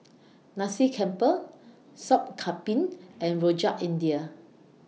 Nasi Campur Sup Kambing and Rojak India